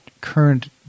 current